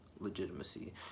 legitimacy